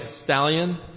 stallion